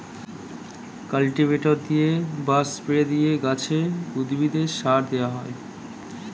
cultivator দিয়ে বা spray দিয়ে গাছে, উদ্ভিদে সার দেওয়া হয়